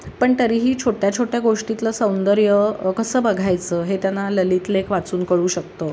पण तरीही छोट्या छोट्या गोष्टीतलं सौंदर्य कसं बघायचं हे त्यांना ललितलेख वाचून कळू शकतं